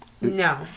no